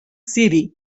city